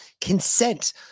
consent